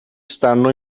stanno